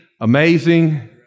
Amazing